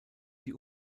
die